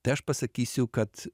tai aš pasakysiu kad